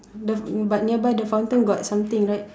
the but nearby the fountain got something right